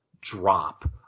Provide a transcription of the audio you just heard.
drop